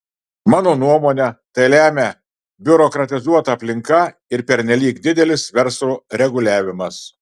mano nuomone tai lemia biurokratizuota aplinka ir pernelyg didelis verslo reguliavimas